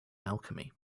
alchemy